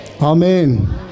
Amen